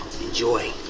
Enjoy